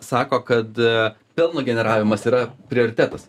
sako kad pelno generavimas yra prioritetas